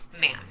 man